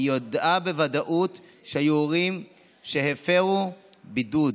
היא ידעה בוודאות שהיו הורים שהפרו בידוד,